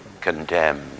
condemned